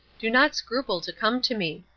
do not scruple to come to me.